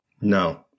No